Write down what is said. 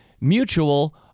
mutual